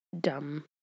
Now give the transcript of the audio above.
Dumb